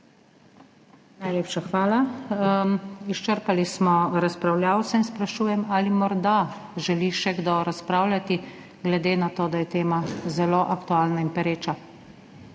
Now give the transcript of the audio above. Najlepša hvala. Izčrpali smo razpravljavce in sprašujem, ali morda želi še kdo razpravljati, glede na to, da je tema zelo aktualna in pereča?